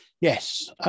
Yes